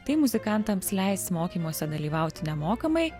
tai muzikantams leis mokymuose dalyvauti nemokamai